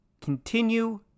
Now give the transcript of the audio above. continue